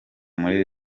muri